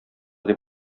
дип